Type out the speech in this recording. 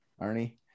Arnie